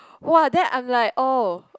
!wah! then I'm like oh